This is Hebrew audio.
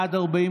בעד,